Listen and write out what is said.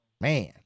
man